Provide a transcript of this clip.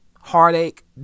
Heartache